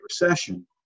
Recession